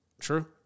True